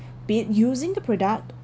be it using the product